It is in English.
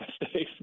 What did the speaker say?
mistakes